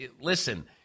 listen